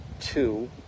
two